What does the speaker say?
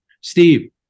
Steve